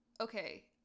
okay